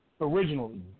originally